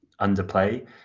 underplay